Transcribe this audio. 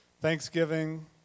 Thanksgiving